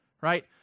right